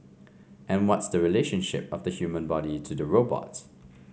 and what's the relationship of the human body to the robot